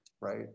right